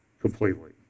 completely